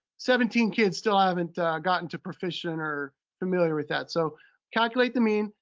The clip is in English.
seventeen kids still haven't gotten to proficient or familiar with that. so calculate the mean,